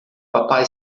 papai